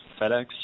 FedEx